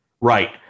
Right